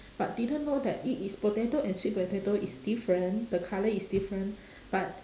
but didn't know that it is potato and sweet potato is different the colour is different but